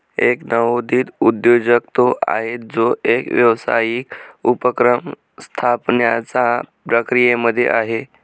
एक नवोदित उद्योजक तो आहे, जो एक व्यावसायिक उपक्रम स्थापण्याच्या प्रक्रियेमध्ये आहे